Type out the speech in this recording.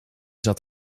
zat